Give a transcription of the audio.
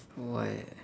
why